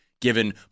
given